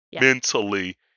mentally